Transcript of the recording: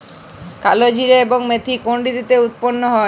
কালোজিরা এবং মেথি কোন ঋতুতে উৎপন্ন হয়?